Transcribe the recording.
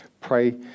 pray